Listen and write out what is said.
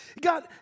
God